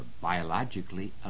biologically